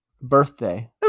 Birthday